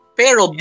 pero